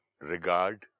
regard